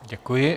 Děkuji.